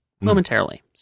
momentarily